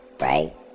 right